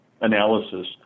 analysis